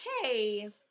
okay